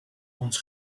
ons